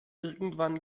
irgendwann